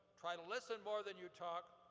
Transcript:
try to listen more than you talk,